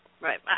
right